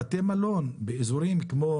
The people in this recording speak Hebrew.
בתי המלון באזורים כמו